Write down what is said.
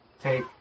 take